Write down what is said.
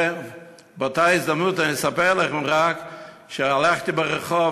באותה הזדמנות אני אספר לכם רק שהלכתי ברחוב,